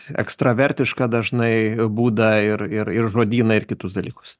ekstravertišką dažnai būdą ir ir ir žodyną ir kitus dalykus